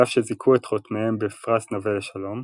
ואף שזיכו את חותמיהם בפרס נובל לשלום,